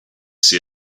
see